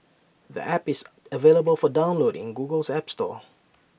the app is available for download in Google's app store